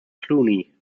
clooney